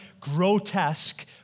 grotesque